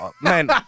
man